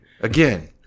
Again